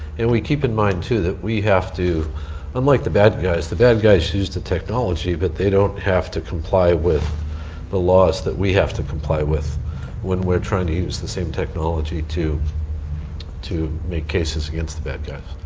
and we keep in mind, too, that we have to unlike the bad guys, the bad guys use the technology but they don't have to comply with the laws that we have do comply with when we're trying to use the same technology to to make cases against the bad guys.